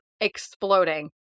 exploding